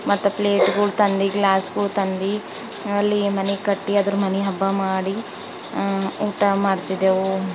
ಮತ್ತೆ ಪ್ಲೇಟ್ಗಳು ತಂದು ಗ್ಲಾಸ್ಗಳು ತಂದು ಅಲ್ಲಿ ಮನೆ ಕಟ್ಟಿ ಅದರ ಮನೆ ಹಬ್ಬ ಮಾಡಿ ಊಟ ಮಾಡ್ತಿದ್ದೆವು